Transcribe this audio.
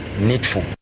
needful